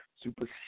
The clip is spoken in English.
Super